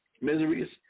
miseries